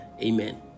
Amen